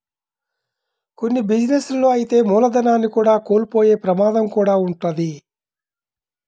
కొన్ని బిజినెస్ లలో అయితే మూలధనాన్ని కూడా కోల్పోయే ప్రమాదం కూడా వుంటది